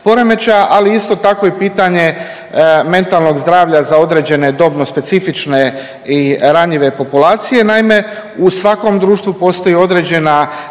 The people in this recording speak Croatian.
ali isto tako i pitanje mentalnog zdravlja za određene dobno specifične i ranjive populacije. Naime, u svakom društvu postoji određena